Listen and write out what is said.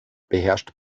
beherrscht